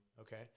okay